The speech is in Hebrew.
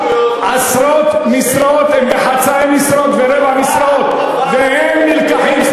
עשרות משרות הן חצאי משרות ורבעי משרות והן נלקחות,